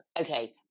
Okay